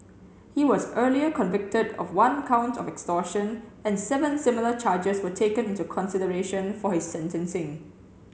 he was earlier convicted of one count of extortion and seven similar charges were taken into consideration for his sentencing